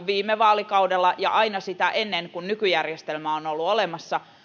viime vaalikaudella ja aina ennen kuin nykyjärjestelmä on on ollut olemassa